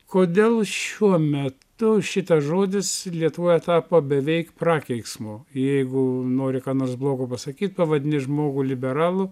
kodėl šiuo metu šitas žodis lietuvoje tapo beveik prakeiksmu jeigu nori ką nors blogo pasakyt pavadini žmogų liberalu